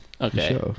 Okay